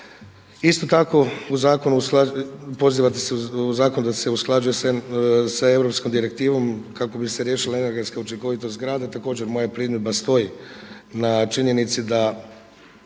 Isto tako u zakonu pozivate da se zakon usklađuje sa europskom direktivom kako b se riješila energetska učinkovitost zagrada, također moja primjedba stoji na činjenici da